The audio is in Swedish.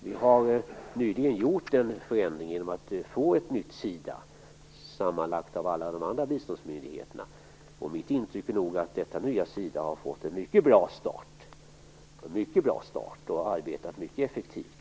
Vi har nyligen gjort en förändring och fått ett nytt SIDA, sammanlagt av alla de andra biståndsmyndigheterna. Mitt intryck är nog att detta nya SIDA har fått en mycket bra start och arbetat mycket effektivt.